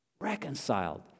Reconciled